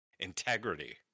integrity